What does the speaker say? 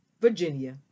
Virginia